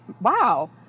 wow